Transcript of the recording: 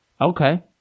Okay